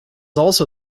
also